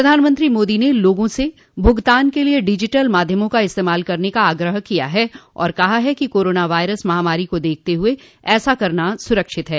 प्रधानमंत्री नरेन्द्र मोदी ने लोगों से भुगतान के लिए डिजिटल माध्यमों का इस्तेमाल करने का आग्रह किया है और कहा है कि कोरोना वायरस महामारी को देखते हुए ऐसा करना सुरक्षित है